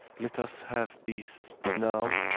let us have peace now,